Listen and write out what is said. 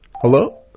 Hello